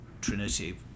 Trinity